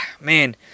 Man